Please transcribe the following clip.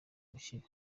gukira